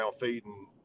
feeding